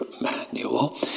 manual